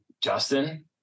Justin